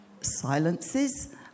silences